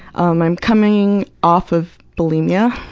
um i'm coming off of bulimia.